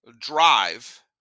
drive